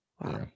Wow